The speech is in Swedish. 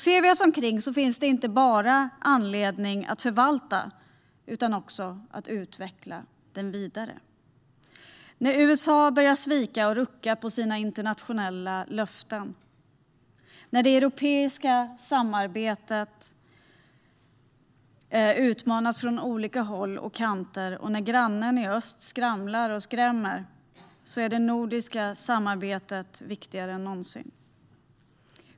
Ser vi oss omkring finns det inte bara anledning att förvalta, utan också att utveckla den vidare. När USA börjar svika och rucka på sina internationella löften, när det europeiska samarbetet utmanas från olika håll och kanter, och när grannen i öst skramlar och skrämmer är det nordiska samarbetet viktigare än någonsin.